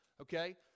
okay